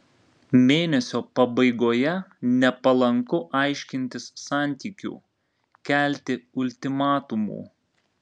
mėnesio pabaigoje nepalanku aiškintis santykių kelti ultimatumų